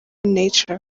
nature